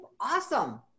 Awesome